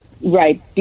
right